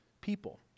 people